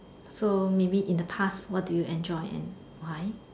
so maybe in the past what do you enjoy and why